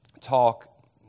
talk